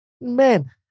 man